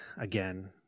again